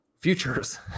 Futures